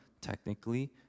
technically